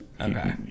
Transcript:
Okay